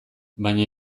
baina